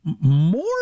more